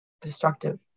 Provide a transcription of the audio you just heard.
destructive